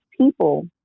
people